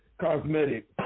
cosmetic